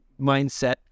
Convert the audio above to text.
mindset